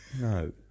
No